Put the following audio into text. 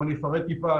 אם אני אפרט טיפה,